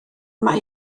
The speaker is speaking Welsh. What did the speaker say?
mae